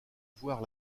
voir